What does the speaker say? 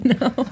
No